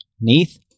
Neath